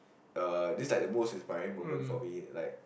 uh this like the most inspiring moment for me like